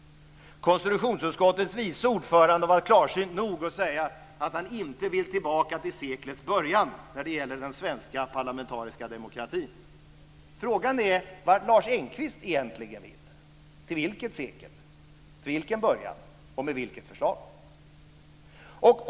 Konstitutionsutskottets vice ordförande har varit klarsynt nog att säga att han inte vill tillbaka till seklets början när det gäller den svenska parlamentariska demokratin. Frågan är vart Lars Engqvist egentligen vill - till vilket sekel, till vilken början och med vilket förslag?